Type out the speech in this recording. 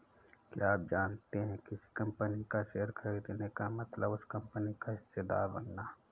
क्या आप जानते है किसी कंपनी का शेयर खरीदने का मतलब उस कंपनी का हिस्सेदार बनना?